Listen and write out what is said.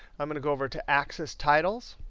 i'm going to go over to access titles.